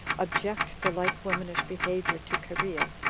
object the like womanish behavior to cherea.